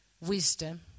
wisdom